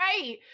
right